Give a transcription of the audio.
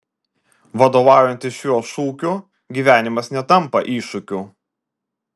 vadovaujantis šiuo šūkiu gyvenimas netampa iššūkiu